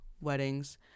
weddings